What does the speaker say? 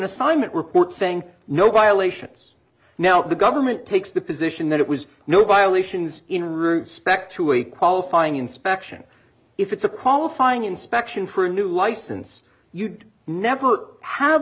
assignment report saying no violations now the government takes the position that it was no violations in respect to a qualifying inspection if it's a qualifying inspection for a new license you'd never have